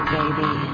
baby